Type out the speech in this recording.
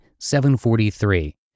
743